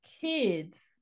kids